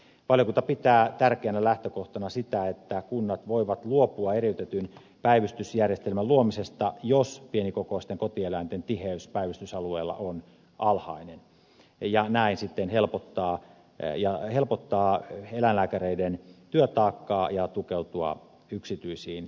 valiokunta pitää tärkeänä lähtökohtana sitä että kunnat voivat luopua eriytetyn päivystysjärjestelmän luomisesta jos pienikokoisten kotieläinten tiheys päivystysalueella on alhainen ja näin sitten helpottaa eläinlääkäreiden työtaakkaa ja tukeutua yksityisiin eläinlääkäreihin